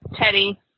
Teddy